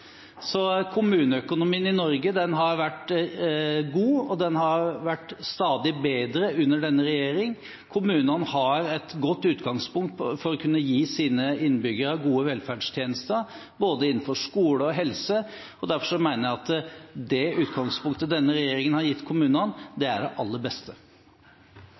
Så kommuneøkonomien i Norge har vært god, og den har blitt stadig bedre under denne regjeringen. Kommunene har et godt utgangpunkt for å kunne gi sine innbyggere gode velferdstjenester innenfor både skole og helse, og derfor mener jeg at det utgangspunktet denne regjeringen har gitt kommunene, er det aller beste.